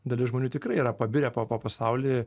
dalis žmonių tikrai yra pabirę po po pasaulį